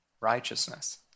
righteousness